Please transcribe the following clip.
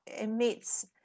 emits